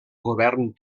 govern